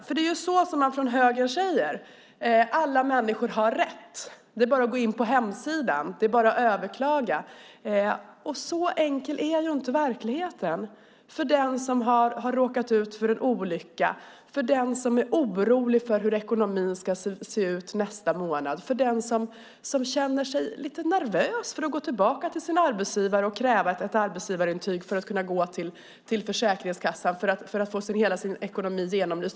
Från högern säger man att alla människor har rätt. Det är bara att gå in på hemsidan och överklaga. Så enkel är dock inte verkligheten för den som har råkat ut för en olycka, för den som är orolig för hur ekonomin ska se ut nästa månad och för den som känner sig lite nervös att gå till sin arbetsgivare och kräva ett arbetsgivarintyg för att kunna gå till Försäkringskassan för att få hela sin ekonomi genomlyst.